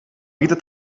vida